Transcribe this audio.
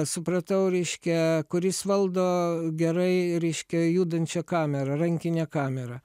supratau reiškia kuris valdo gerai reiškia judančią kamerą rankinę kamerą